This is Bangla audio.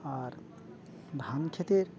আর ধান খেতের